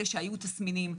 אלה שהיו תזמינים,